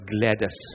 Gladys